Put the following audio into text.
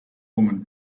woman